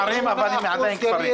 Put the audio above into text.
עין אל-אסד,